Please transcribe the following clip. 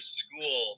school